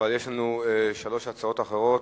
אבל יש לנו שלוש הצעות אחרות.